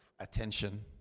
attention